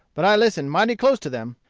but i listened mighty close to them,